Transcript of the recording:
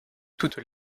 toutes